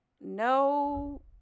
no